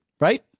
Right